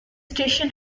station